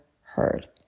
heard